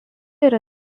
yra